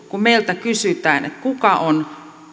kun meiltä kysytään kuka on